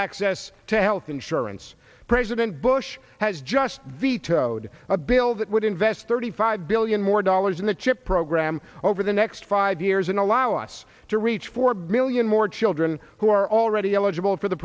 access to health insurance president bush has just vetoed a bill that would invest thirty five billion more dollars in the chip program over the next five years and allow us to reach four million more children who are already eligible for the